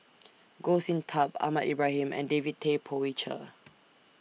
Goh Sin Tub Ahmad Ibrahim and David Tay Poey Cher